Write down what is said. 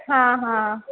हा हा